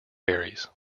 berries